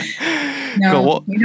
no